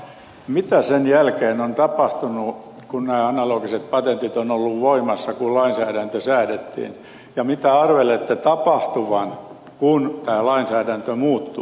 mitä sen jälkeen on tapahtunut kun nämä analogiset patentit tulivat voimaan kun lainsäädäntö säädettiin ja mitä arvelette tapahtuvan kun tämä lainsäädäntö muuttuu